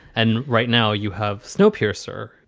and right now you have snowpiercer.